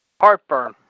Heartburn